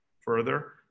further